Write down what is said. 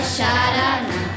Sharana